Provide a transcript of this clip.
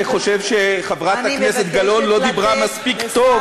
חבר הכנסת גילאון כנראה חושב שחברת הכנסת גלאון לא דיברה מספיק טוב.